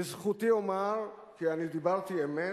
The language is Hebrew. לזכותי אומר כי אני דיברתי אמת.